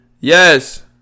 Yes